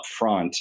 upfront